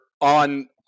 on